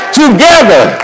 together